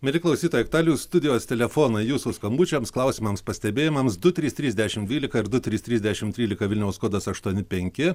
mieli klausytojai aktualijų studijos telefonai jūsų skambučiams klausimams pastebėjimams du trys trys dešimt dvylika ir du trys trys dešimt trylika vilniaus kodas aštuoni penki